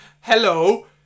Hello